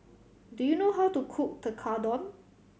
do you know how to cook Tekkadon